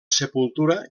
sepultura